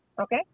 Okay